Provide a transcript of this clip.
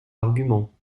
argument